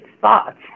thoughts